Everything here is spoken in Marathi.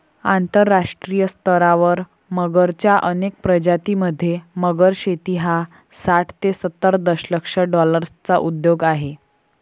आंतरराष्ट्रीय स्तरावर मगरच्या अनेक प्रजातीं मध्ये, मगर शेती हा साठ ते सत्तर दशलक्ष डॉलर्सचा उद्योग आहे